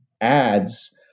ads